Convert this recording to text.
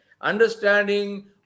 understanding